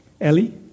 Ellie